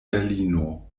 berlino